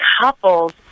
couples